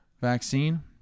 vaccine